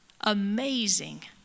amazing